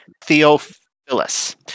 Theophilus